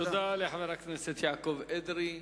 תודה לחבר הכנסת יעקב אדרי.